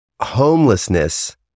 homelessness